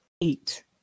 Eight